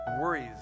worries